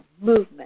Movement